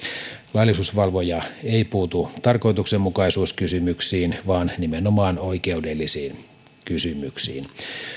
laillisuusvalvoja ei puutu tarkoituksenmukaisuuskysymyksiin vaan nimenomaan oikeudellisiin kysymyksin